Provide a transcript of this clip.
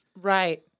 Right